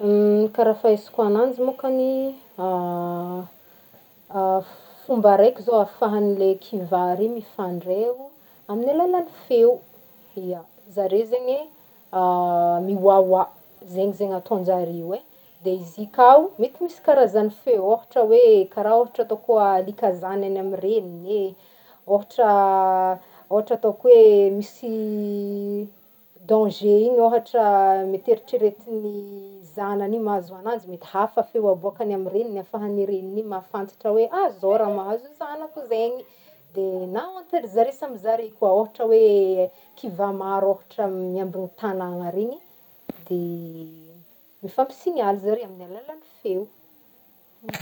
Karaha fahaizako an'anjy mokany fomba raiky ahafahan'ilay kivà reo mifandray o amin'ny alalan'ny feo, ya amin'ny alalan'ny feo, ya zareo zegny mioaoa zegny zegny ataonjare dia izy ka ho mety misy karazan'ny feo, ohatra hoe karaha ohatra ataoko hoa alika zanany amin'ny reniny e, ohatra- ohatra ataoko hoe misy danger iny ohatra mety eritreretin'ny zanany iny mahazo an'azy, mety hafa feo aboakany amy reniny ahafahan'ny reniny io mahafantatra hoe izao raha mahazo zanako zegny, dia na entre zare samy zare koa ohatra hoe kivà maro ohatra miambigny tanàna regny mifampi-signale zare amin'ny alalan'ny feo